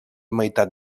meitat